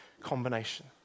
combination